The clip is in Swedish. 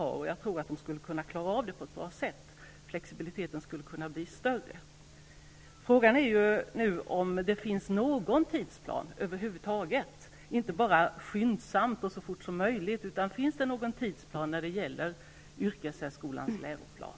Jag tror dock att de skulle klara av flera val bra och att flexibiliteten därmed skulle kunna öka. Frågan är om det över huvud taget finns någon tidplan, eller om det endast finns uttalanden som ''skyndsamt'' och ''så fort som möjligt''. Finns det någon tidplan när det gäller yrkessärskolans läroplan?